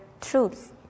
truths